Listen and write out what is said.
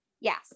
yes